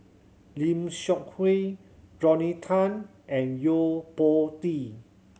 Lim Seok Hui Rodney Tan and Yo Po Tee